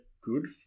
good